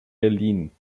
berlin